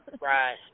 right